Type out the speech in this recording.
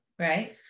right